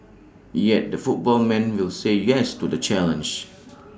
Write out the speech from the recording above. yet the football man will say yes to the challenge